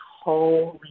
holy